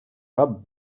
rub